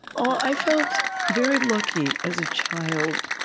i felt very lucky, as a child,